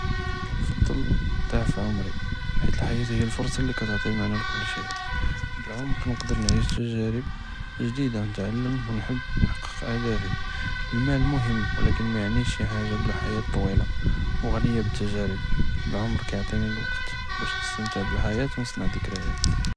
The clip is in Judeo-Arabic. כנפצ׳ל דעוּף עמרי חית אלחיאה היא אלפורסה לי כתעי מענא לכל שי, ב־אלעמר נקדאר נعيش ת׳גארב ג׳דידה נתעלם ו נחבּ ו נחתק אֻהדافي, אלמאל מֻהם ו אבלאכן מיעניש שי חאגה בלהחיאה טווילה ו ג׳ניה ב־ת׳גארב, אלעמר כיעטיני אלוואקּת באש נסתמתע ב־אלחיאה ו ניסנה דכריות.